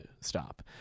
stop